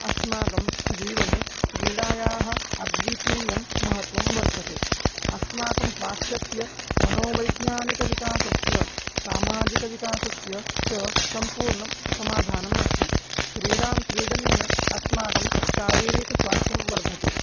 अस्माकं जीवने क्रीडायाः अद्वितीयं महत्वं वर्तते अस्माकं स्वास्थ्यस्य मनोवैज्ञानिक विकासस्य सामाजिक विकासस्य च सम्पूर्णं समाधानम् अस्ति क्रीडा क्रीडनेन अस्माकं शारीरिकस्वास्थ्यं वर्धते